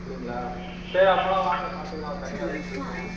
அப்படிங்களா சரி அப்போன்னா வாங்க பார்த்துக்கலாம் தனியாளுன்ட்றீங்க